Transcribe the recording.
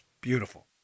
Beautiful